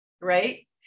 right